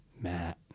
Matt